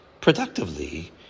productively